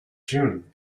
june